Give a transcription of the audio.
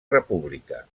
república